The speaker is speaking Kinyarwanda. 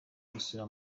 gusura